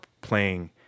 playing